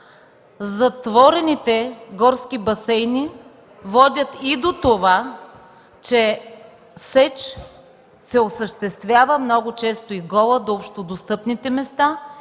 Затворените горски басейни водят и до това, че сеч се осъществява много често и гола до общодостъпните места.